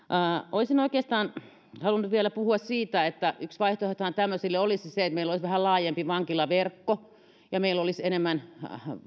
olisin oikeastaan halunnut vielä puhua siitä että yksi vaihtoehtohan tämmöisille olisi se että meillä olisi vähän laajempi vankilaverkko ja meillä olisi enemmän